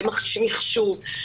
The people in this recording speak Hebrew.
ומחשוב,